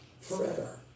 forever